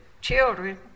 children